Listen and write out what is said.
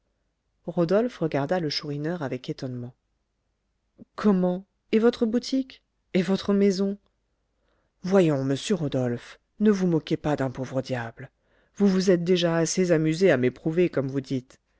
rodolphe regarda le chourineur avec étonnement comment et votre boutique et votre maison voyons monsieur rodolphe ne vous moquez pas d'un pauvre diable vous vous êtes déjà assez amusé à m'éprouver comme vous dites